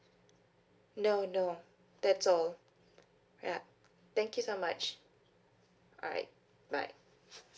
no no that's all ya thank you so much alright bye